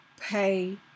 pay